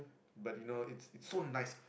but you know it's it's so nice